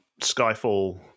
skyfall